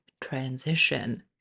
transition